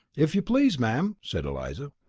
if you please, ma'am? said eliza.